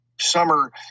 summer